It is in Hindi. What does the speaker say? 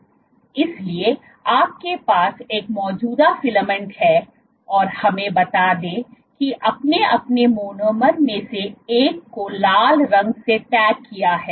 इसलिए आपके पास एक मौजूदा फिलामेंट है और हमें बता दें कि आपने अपने मोनोमर में से एक को लाल रंग से टैग किया है